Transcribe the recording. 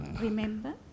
Remember